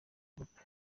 group